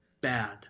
bad